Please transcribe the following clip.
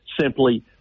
simply